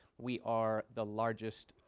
we are the largest